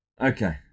Okay